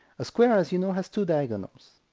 a square, as you know, has two diagonals.